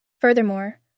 Furthermore